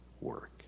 work